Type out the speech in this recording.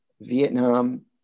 Vietnam